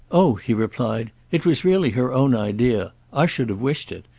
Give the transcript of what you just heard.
oh, he replied, it was really her own idea. i should have wished it.